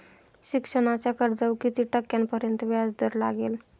शिक्षणाच्या कर्जावर किती टक्क्यांपर्यंत व्याजदर लागेल?